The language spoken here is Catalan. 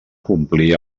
complir